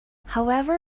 however